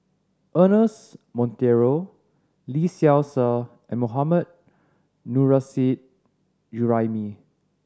Ernest Monteiro Lee Seow Ser and Mohammad Nurrasyid Juraimi